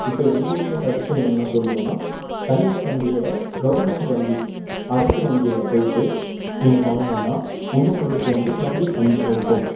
இப்போ என்னுடைய சஜஷன் என்ன சொல்லுவன்னா தனியார் வங்கியை விட கவெர்ன்மெண்ட் வங்கி அரசு வங்கியில் போய்விட்டு நீங்கள் வாங்கனீங்கன்னா இன்னும் உங்களுக்கு வந்து வட்டி கம்மியாக இருக்கும்